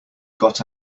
got